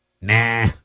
Nah